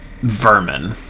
Vermin